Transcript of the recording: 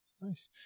nice